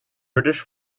british